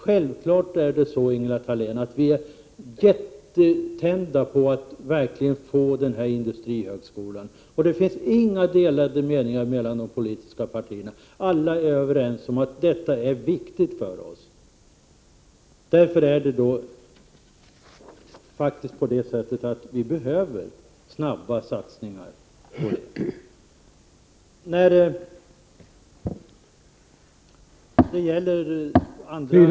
Självfallet är vi mycket tända på att få en industrihögskola. Det råder inga delade meningar i de politiska partierna; alla är överens om att detta är viktigt för oss. Därför behöver vi insatser snabbt.